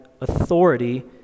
authority